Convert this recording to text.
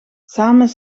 samen